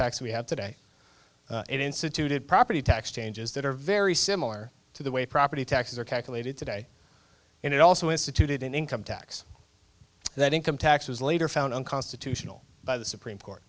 tax we have today it instituted property tax changes that are very similar to the way property taxes are calculated today and it also instituted an income tax that income tax was later found unconstitutional by the supreme court